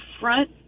front